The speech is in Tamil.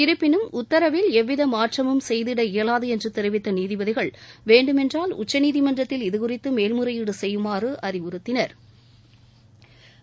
இருப்பினும் உத்தரவில் எவ்வித மாற்றமும் செய்திட இயலாது என்று தெரிவித்த நீதிபதிகள் வேண்டுமென்றால் உச்சநீதிமன்றத்தில் இது குறித்து மேல்முறையீடு செய்யுமாறு அறிவுறுத்தினா்